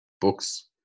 books